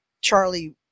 Charlie